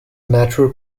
natural